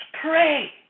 pray